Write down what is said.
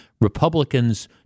Republicans